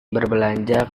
berbelanja